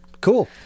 cool